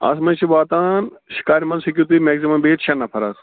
اَتھ منٛز چھِ واتان شِکارِ منٛز ہیٚکِو تُہۍ میکزِمم بِہِتھ شےٚ نفر حظ